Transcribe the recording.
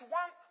one